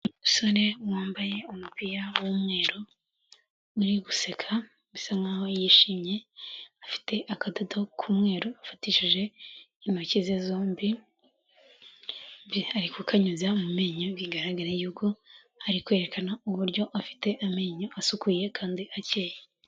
Umusore wambaye umupira w'umweru, uri guseka bisa nk'aho yishimye, afite akadodo k'umweru afatishije intoki ze zombi, ari kukanyuza mu menyo, bigaragara y'uko ari kwerekana uburyo afite amenyo asukuye kandi akeye.